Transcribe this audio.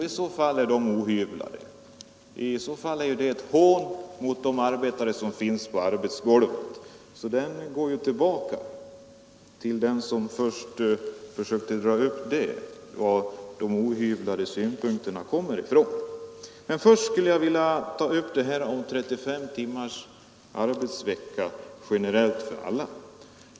I så fall är de ohyvlade och i så fall är de ett hån mot de arbetare som finns på arbetsgolvet. Det omdömet får alltså gå tillbaka till den som först försökte ange varifrån de ohyvlade synpunkterna kommer. Närmast skulle jag vilja ta upp frågan om 35 timmars arbetsvecka generellt för alla.